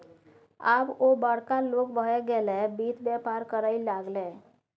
आब ओ बड़का लोग भए गेलै वित्त बेपार करय लागलै